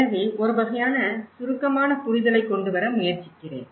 எனவே ஒரு வகையான சுருக்கமான புரிதலைக் கொண்டுவர முயற்சிக்கிறேன்